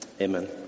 Amen